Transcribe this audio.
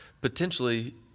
potentially